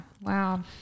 wow